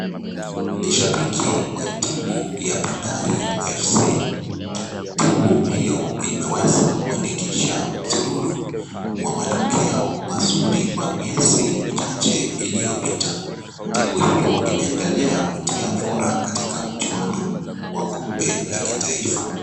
Ni shabiki wa timu ya Bandari Fc. Timu hio imeweza kuandikisha msururu wa matokeo mazuri kwa miezi michache iliyopita. Timu hio imeendelea kutia fora katika mchuano wa kombe la kitaifa.